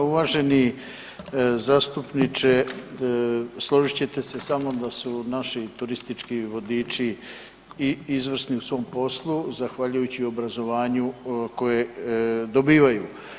Uvaženi zastupniče složit ćete se sa mnom da su naši turistički vodiči izvrsni u svom poslu zahvaljujući obrazovanju koje dobivaju.